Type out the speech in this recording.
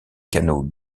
canaux